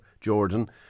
Jordan